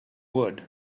wood